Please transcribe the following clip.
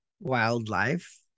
wildlife